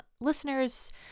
listeners